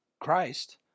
Christ